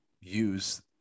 use